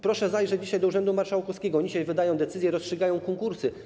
Proszę zajrzeć dzisiaj do urzędu marszałkowskiego, oni dzisiaj wydają decyzje, rozstrzygają konkursy.